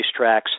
racetracks